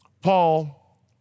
Paul